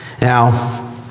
Now